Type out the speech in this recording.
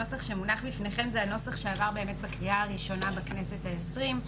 הנוסח שמונח בפניכם זה הנוסח שעבר בקריאה ראשונה בכנסת ה-23,